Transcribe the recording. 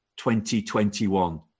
2021